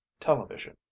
Television